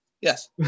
Yes